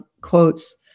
quotes